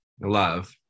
Love